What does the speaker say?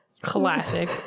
Classic